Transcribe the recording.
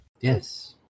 Yes